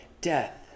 death